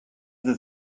the